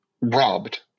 Robbed